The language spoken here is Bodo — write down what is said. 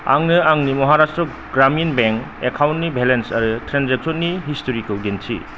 आंनो आंनि महाराष्ट्र ग्रामिन बेंक एकाउन्टनि बेलेन्स आरो ट्रेनजेक्सननि हिस्ट'रिखौ दिन्थि